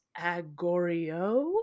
agorio